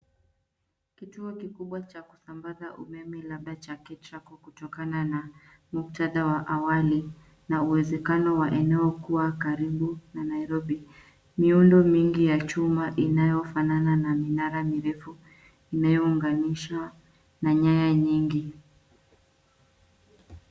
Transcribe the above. Kituo kikubwa cha kusambaza umeme labda cha Ketraco kutokana na muktadha wa awali na uwezekano wa eneo kuwa karibu na Nairobi. Miundo mingi ya chuma inayofanana na minara mirefu inayounganishwa na nyaya nyingi.